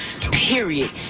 period